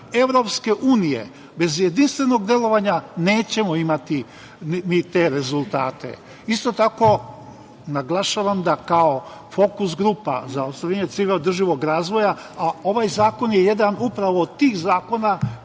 zemalja, EU. Bez jedinstvenog delovanja nećemo imati te rezultate. Isto tako, naglašavam da kao fokus grupa za ostvarenje ciljeva održivog razvoja, a ovaj zakon je jedan upravo od tih zakona